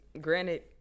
granted